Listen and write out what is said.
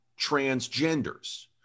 transgenders